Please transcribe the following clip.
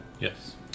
Yes